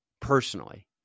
personally